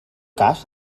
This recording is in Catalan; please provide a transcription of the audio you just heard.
cas